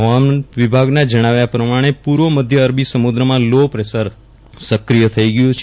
હવામાન વિભાગના જણાવ્યા પ્રમાણે પૂર્વ મધ્ય અરબી સમુદ્રમાં લો પ્રેશર સક્રિય થયું છે